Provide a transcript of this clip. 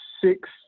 six